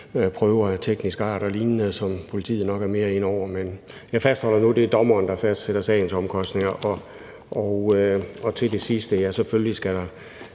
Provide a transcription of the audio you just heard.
prøver af teknisk art og lignende, som politiet nok er mere inde over. Men jeg fastholder nu, at det er dommeren, der fastsætter sagens omkostninger, og til det sidste: Ja, selvfølgelig skal der